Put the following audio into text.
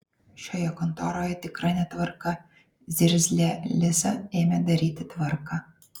šioje kontoroje tikra netvarka zirzlė liza ėmė daryti tvarką